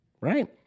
right